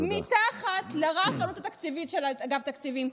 מתחת לרף העלות התקציבית של אגף התקציבים,